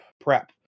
prep